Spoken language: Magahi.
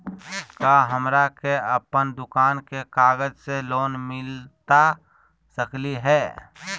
का हमरा के अपन दुकान के कागज से लोन मिलता सकली हई?